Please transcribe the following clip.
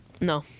no